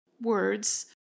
words